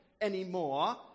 Anymore